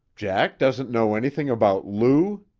jack doesn't know anything about lou?